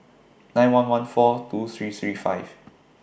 nine one one four two three three five